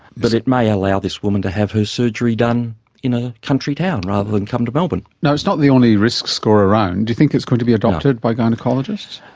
but it may allow this woman to have her surgery done in a country town rather than come to melbourne. it's not the only risk score around. do you think it's going to be adopted by gynaecologists?